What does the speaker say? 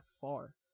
far